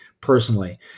personally